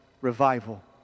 revival